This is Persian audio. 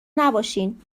نباشین